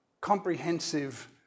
comprehensive